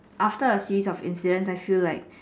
after a series of incidents I feel like